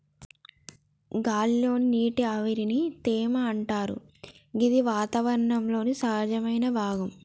గాలి లోని నీటి ఆవిరిని తేమ అంటరు గిది వాతావరణంలో సహజమైన భాగం